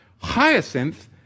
Hyacinth